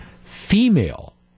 female